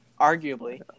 arguably